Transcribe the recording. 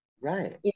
right